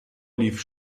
lief